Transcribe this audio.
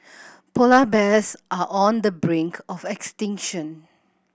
polar bears are on the brink of extinction